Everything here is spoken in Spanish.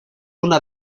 una